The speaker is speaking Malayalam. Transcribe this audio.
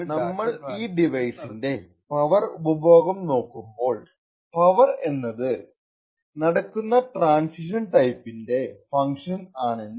ആയതിനാൽ നമ്മൾ ഈ ഡിവൈസിന്റെ പവർ ഉപഭോഗം നോക്കുമ്പോൾ പവർ എന്നത് നടക്കുന്ന ട്രാന്സിഷൻ ടൈപ്പിന്റെ ഫങ്ക്ഷൻ ആണെന്ന്